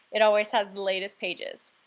it always has the latest pages.